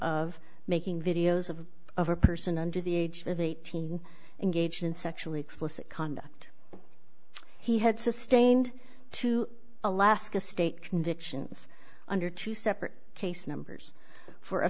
of making videos of of a person under the age of eighteen and gauged in sexually explicit conduct he had sustained two alaska state convictions under two separate case numbers for